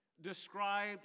described